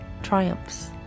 triumphs